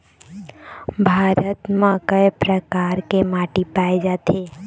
भारत म कय प्रकार के माटी पाए जाथे?